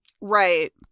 right